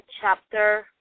chapter